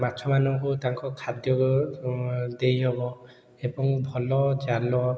ମାଛ ମାନଙ୍କୁ ତାଙ୍କ ଖାଦ୍ୟ ଦେଇ ହେବ ଏବଂ ଭଲ ଜାଲ